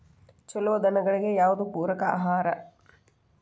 ಛಲೋ ದನಗಳಿಗೆ ಯಾವ್ದು ಪೂರಕ ಆಹಾರ?